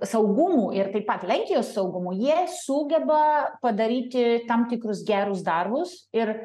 saugumu ir taip pat lenkijos saugumu jie sugeba padaryti tam tikrus gerus darbus ir